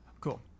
cool